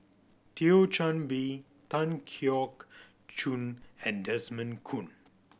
Thio Chan Bee Tan Keong Choon and Desmond Kon